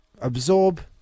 Absorb